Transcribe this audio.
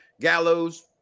Gallows